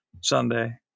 Sunday